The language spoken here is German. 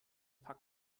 pack